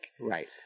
right